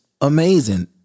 amazing